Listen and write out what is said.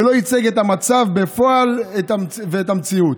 ולא ייצג את המצב בפועל ואת המציאות.